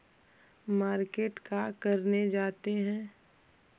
Market का करने जाते हैं?